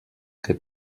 que